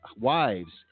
wives